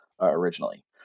originally